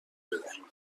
بدهیم